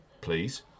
please